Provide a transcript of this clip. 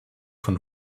von